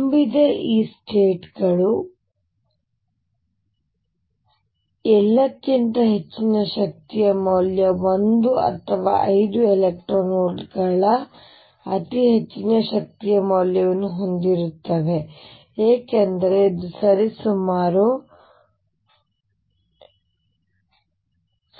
ತುಂಬಿದ ಈ ಸ್ಟೇಟ್ ಗಳು ಎಲ್ಲಕ್ಕಿಂತ ಹೆಚ್ಚಿನ ಶಕ್ತಿಯ ಮೌಲ್ಯ 1 ಅಥವಾ 5 ಎಲೆಕ್ಟ್ರಾನ್ ವೋಲ್ಟ್ ಗಳ ಅತಿ ಹೆಚ್ಚಿನ ಶಕ್ತಿಯ ಮೌಲ್ಯವನ್ನು ಹೊಂದಿರುತ್ತವೆ ಏಕೆಂದರೆ ಇದು ಸರಿಸುಮಾರು